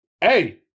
hey